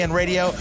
radio